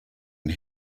and